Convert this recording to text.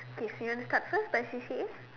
okay so you want to start first by C_C_A